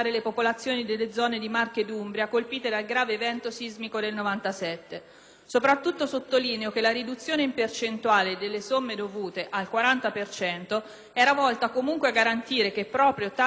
Soprattutto sottolineo che la riduzione in percentuale delle somme dovute al 40 per cento era volta comunque a garantire che proprio tale restituzione non gravasse in modo insostenibile sui redditi più bassi e sulle imprese.